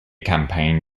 campaign